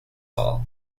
all